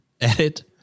Edit